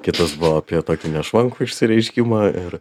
kitas buvo apie tokį nešvankų išsireiškimą ir